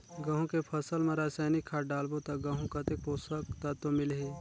गंहू के फसल मा रसायनिक खाद डालबो ता गंहू कतेक पोषक तत्व मिलही?